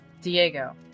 Diego